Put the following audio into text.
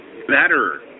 better